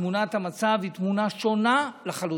תמונת המצב היא תמונה שונה לחלוטין,